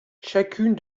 chacune